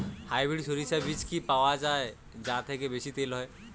Hybrid শরিষা বীজ কি পাওয়া য়ায় যা থেকে বেশি তেল হয়?